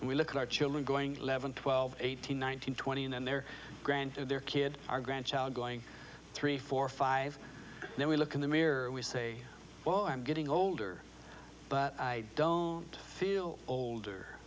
and we look at our children going eleven twelve eighteen nineteen twenty and their grand their kids are grandchild going three four five then we look in the mirror we say well i'm getting older but i don't feel older